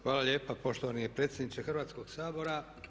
Hvala lijepa poštovani predsjedniče Hrvatskog sabora.